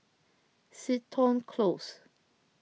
Seton Close